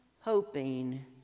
hoping